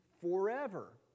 forever